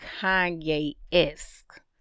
Kanye-esque